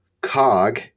Cog